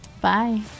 Bye